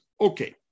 Okay